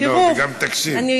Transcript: גם תקשיב.